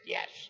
Yes